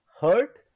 hurt